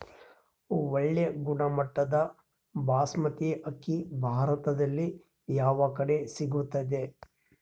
ಒಳ್ಳೆ ಗುಣಮಟ್ಟದ ಬಾಸ್ಮತಿ ಅಕ್ಕಿ ಭಾರತದಲ್ಲಿ ಯಾವ ಕಡೆ ಸಿಗುತ್ತದೆ?